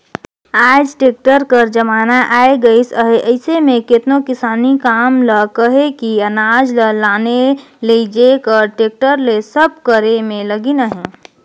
आएज टेक्टर कर जमाना आए गइस अहे अइसे में केतनो किसानी काम ल कहे कि अनाज ल लाने लेइजे कर टेक्टर ले सब करे में लगिन अहें